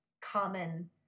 common